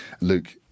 Luke